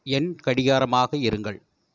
என் கடிகாரமாக இருங்கள்